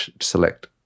select